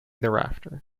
thereafter